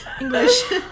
English